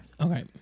okay